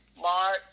March